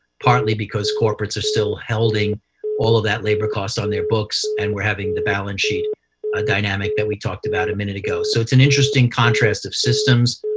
partly because corporates are still holding all that labor cost on their books and we're having the balance sheet ah dynamic that we talked about a minute ago. so it's an interesting contrast of systems.